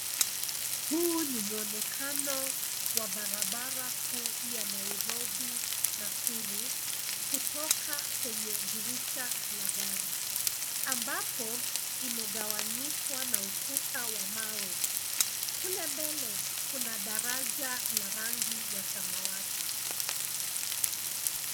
Huu ni mwonekano wa barabara kuu ya Nairobi, Nakuru, kutoka kwenye dirisha la gari. Ambapo, imegawanyishwa na ukuta wa mawe. Kule mbele, kuna daraja la rangi ya samawati.